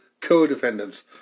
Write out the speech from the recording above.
co-defendants